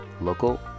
local